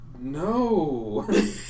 No